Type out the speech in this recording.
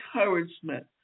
encouragement